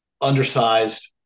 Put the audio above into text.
Undersized